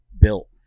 built